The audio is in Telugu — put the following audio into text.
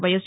వైఎస్